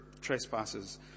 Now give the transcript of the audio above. trespasses